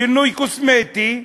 שינוי קוסמטי,